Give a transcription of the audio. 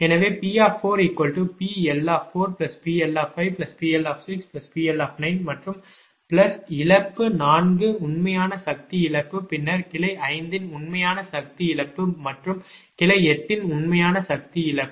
எனவே P PLPLPL PL மற்றும் plus இழப்பு 4 உண்மையான சக்தி இழப்பு பின்னர் கிளை 5 இன் உண்மையான சக்தி இழப்பு மற்றும் கிளை 8 இன் உண்மையான சக்தி இழப்பு